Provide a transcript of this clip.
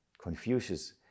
Confucius